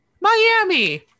Miami